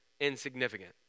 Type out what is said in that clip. insignificant